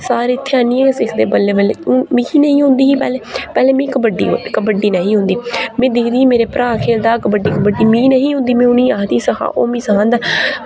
सारे इत्थै आह्नियै गै सिक्खदे बल्ले बल्ले हून मिकी नेईं औंदी ही पैह्ले पैह्ले मिं कबड्डी कबड्डी नेईं ही औंदी में दिक्खदी ही मेरा भ्रा खेलदा हा कबड्डी कबड्डी मिं ने'हां औंदी में उ'नें आखदी ही सखाओ ओह् मिं सखांदा